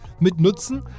mitnutzen